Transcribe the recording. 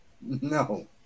No